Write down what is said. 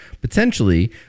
potentially